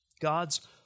God's